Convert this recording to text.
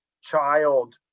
child